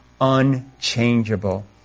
unchangeable